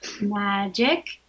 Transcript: Magic